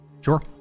Sure